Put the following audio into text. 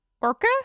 Orca